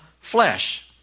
flesh